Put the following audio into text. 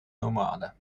nomade